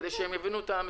כדי שהם יבינו את המצוקה?